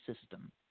system